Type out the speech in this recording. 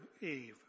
Eve